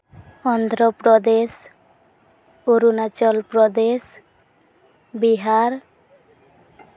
Andhra Pradesh Arunachal Pradesh Bihar